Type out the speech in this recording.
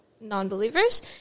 non-believers